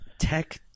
Tech